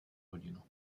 hodinu